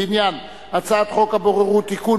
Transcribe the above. הצעת חוק הבוררות (תיקון,